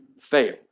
fail